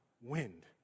wind